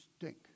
stink